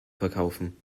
verkaufen